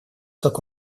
как